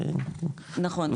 נכון.